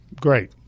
Great